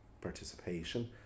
participation